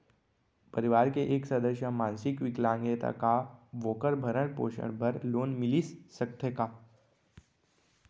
परवार के एक सदस्य हा मानसिक विकलांग हे त का वोकर भरण पोषण बर लोन मिलिस सकथे का?